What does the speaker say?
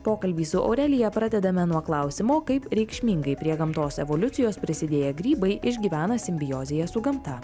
pokalbį su aurelija pradedame nuo klausimo kaip reikšmingai prie gamtos evoliucijos prisidėję grybai išgyvena simbiozėje su gamta